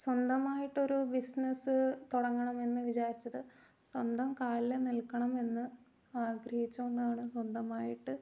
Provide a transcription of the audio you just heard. സ്വന്തമായിട്ട് ഒരു ബിസിനസ്സ് തുടങ്ങണമെന്ന് വിചാരിച്ചത് സ്വന്തം കാലിൽ നിൽക്കണം എന്ന് ആഗ്രഹിച്ചത് കൊണ്ടാണ് സ്വന്തമായിട്ട്